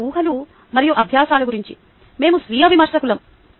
మా ఊహలు మరియు అభ్యాసాల గురించి మేము స్వీయ విమర్శకులం